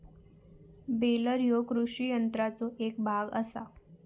baler ह्यो कृषी यंत्राचो एक भाग आसा